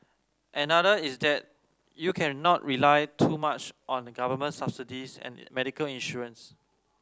another is that you cannot rely too much on government subsidies and medical insurance